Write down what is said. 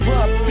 up